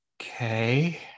Okay